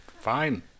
Fine